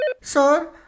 Sir